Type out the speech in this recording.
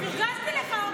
מה אתה מוותר על כולם?